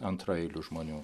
antraeilių žmonių